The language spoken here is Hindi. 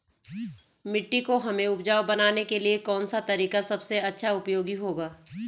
मिट्टी को हमें उपजाऊ बनाने के लिए कौन सा तरीका सबसे अच्छा उपयोगी होगा?